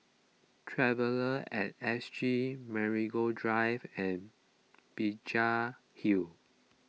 Traveller at S G Marigold Drive and Binjai Hill